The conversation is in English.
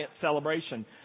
celebration